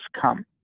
come